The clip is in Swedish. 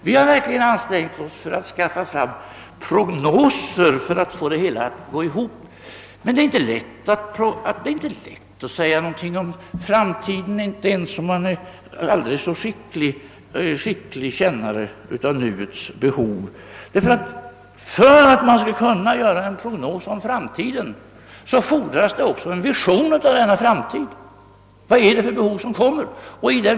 Vi har verkligen ansträngt oss för att skaffa fram prognoser och för att få beräkningarna att gå ihop. Men det är inte lätt att säga något om framtiden, inte ens om man är en aldrig så god kännare av nuets behov. För att kunna göra en riktig prognos för framtiden fordras också att man har en vision av denna framtid och av vilka behov som då kommer att finnas.